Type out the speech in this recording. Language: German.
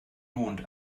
mond